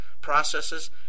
processes